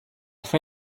fin